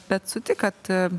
bet sutik kad